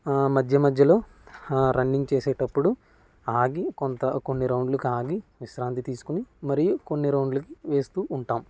మధ్యమధ్యలో running చేసేటప్పుడు ఆగి కొంత కొన్ని రౌండ్లకి ఆగి విశ్రాంతి తీసుకొని మరియు కొన్ని రౌండ్లికి వేస్తు ఉంటాము